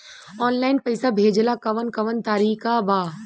Online पइसा भेजेला कवन कवन तरीका बा?